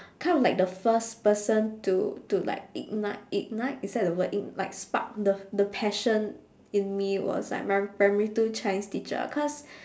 kind of like the first person to to like ignite ignite is that the word ign~ like spark the the passion in me was like my primary two chinese teacher cause